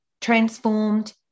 transformed